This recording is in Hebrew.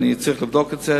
ואני צריך לבדוק את זה,